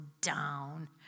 down